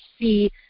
see